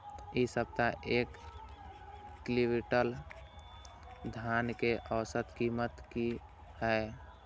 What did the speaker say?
इ सप्ताह एक क्विंटल धान के औसत कीमत की हय?